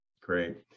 Great